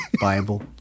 Bible